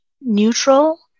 neutral